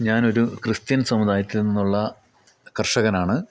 ഞാനൊരു ക്രിസ്ത്യൻ സമുദായത്തിൽ നിന്നുള്ള കർഷകനാണ്